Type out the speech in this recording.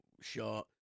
shot